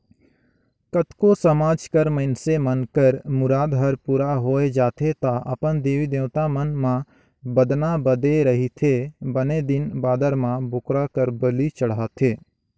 कतको समाज कर मइनसे मन कर मुराद हर पूरा होय जाथे त अपन देवी देवता मन म बदना बदे रहिथे बने दिन बादर म बोकरा कर बली चढ़ाथे